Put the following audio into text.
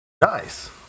Nice